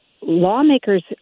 lawmakers